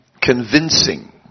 convincing